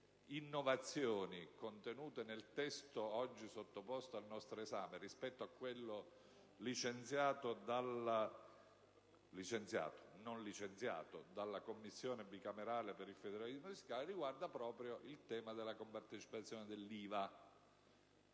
innovazioni contenute nel testo oggi sottoposto al nostro esame rispetto a quello non licenziato dalla Commissione bicamerale per il federalismo fiscale riguarda proprio il tema della compartecipazione dell'IVA,